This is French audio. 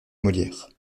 molière